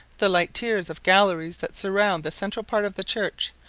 the light tiers of galleries that surround the central part of the church,